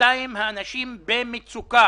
בינתיים האנשים במצוקה,